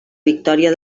victòria